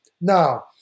Now